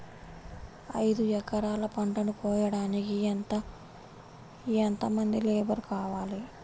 ఐదు ఎకరాల పంటను కోయడానికి యెంత మంది లేబరు కావాలి?